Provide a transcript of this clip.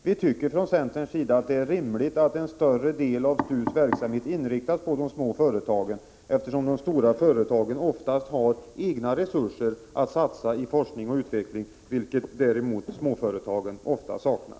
Vi inom centern tycker att det är rimligt att en större del av STU:s verksamhet inriktas på de små företagen, eftersom de stora företagen vanligen har egna resurser att satsa i forskning och utveckling, vilket småföretagen däremot oftast saknar.